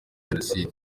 jenoside